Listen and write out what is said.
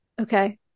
Okay